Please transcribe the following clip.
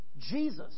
Jesus